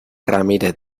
ramírez